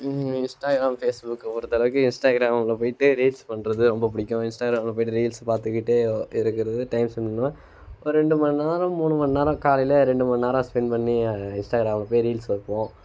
Instagram Facebook ஒரு தடவைக்கு Instagram உள்ளே போய்விட்டு ரீல்ஸ் பண்ணுறது ரொம்ப பிடிக்கும் இன்ஸ்டாகிராமில் போய்விட்டு ரீல்ஸு பார்த்துக்கிட்டு இருக்கிறது டைம் ஸ்பெண்ட் பண்ணுவேன் ஒரு ரெண்டு மணி நேரம் மூணு மணி நேரம் காலையில் ரெண்டு மணி நேரம் ஸ்பெண்ட் பண்ணி இன்ஸ்டாகிராமில் போய் ரீல்ஸ் பார்ப்போம்